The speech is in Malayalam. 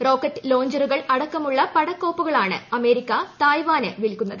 റോക്കറ്റ് ലൌഞ്ചറുകൾ അടക്കമുള്ള പടക്കോപ്പുകളാണ് അമേരിക്ക തായ് വാന് വിൽക്കുന്നത്